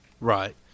Right